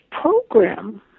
program